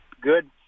good